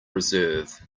reserve